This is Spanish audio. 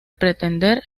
pretender